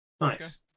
Nice